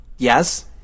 Yes